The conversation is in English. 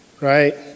Right